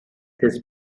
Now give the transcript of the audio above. his